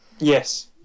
Yes